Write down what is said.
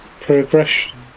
progression